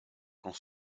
quand